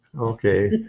Okay